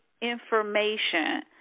information